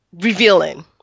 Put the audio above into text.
revealing